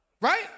right